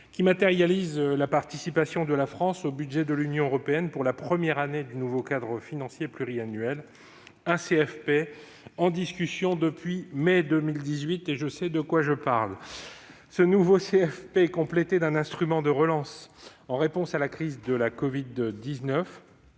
31 matérialise la participation de la France au budget de l'Union européenne pour la première année du nouveau cadre financier pluriannuel, un CFP en discussion depuis le mois de mai 2018, et je sais de quoi je parle ... Ce nouveau CFP, complété par un instrument de relance en réponse à la crise de la covid-19,